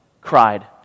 cried